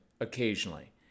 occasionally